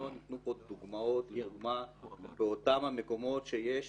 לא נתנו פה דוגמאות באותם מקומות שיש